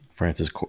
Francis